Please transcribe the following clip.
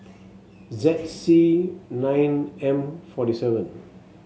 Z C nine M forty seven